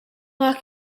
knock